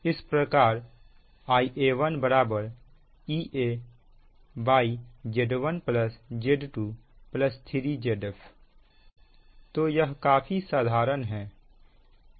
इस प्रकार Ia1 EaZ1Z2 Z0 3Zf तो यह काफी साधारण है